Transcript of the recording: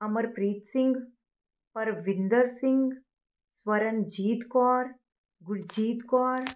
Amarpreet Singh Parvinder Singh Swaranjit Kaur Gurjit Kaur